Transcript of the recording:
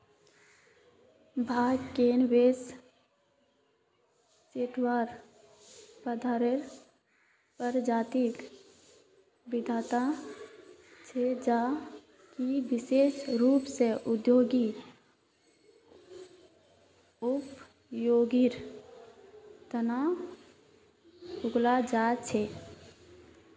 भांग cannabis sativa पौधार प्रजातिक विविधता छे जो कि विशेष रूप स औद्योगिक उपयोगेर तना उगाल जा छे